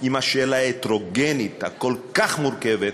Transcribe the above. עם השאלה ההטרוגנית, הכל-כך מורכבת,